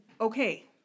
okay